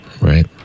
right